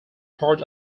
part